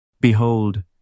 Behold